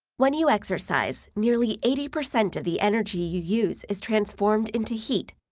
when you exercise, nearly eighty percent of the energy you use is transformed into heat.